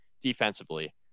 defensively